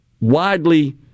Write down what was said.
widely